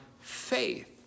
faith